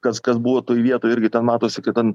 kas kas buvo toj vietoj irgi ten matosi kad ten